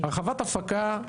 הרחבת הפקה,